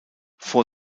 vor